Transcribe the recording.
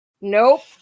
Nope